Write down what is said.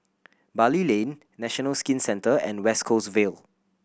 Bali Lane National Skin Centre and West Coast Vale